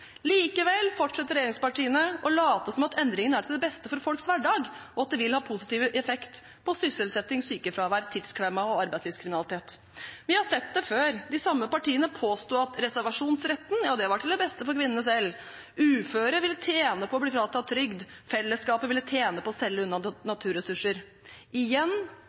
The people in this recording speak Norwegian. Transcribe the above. Likevel fortsetter regjeringspartiene å late som at endringene er til det beste for folks hverdag, og at de vil ha positiv effekt på sysselsetting, sykefravær, tidsklemme og arbeidslivskriminalitet. Vi har sett det før. De samme partiene påsto at reservasjonsretten var til det beste for kvinnene selv. Uføre ville tjene på å bli fratatt trygd. Fellesskapet ville tjene på å selge unna naturressurser. Igjen